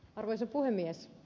arvoisa puhemies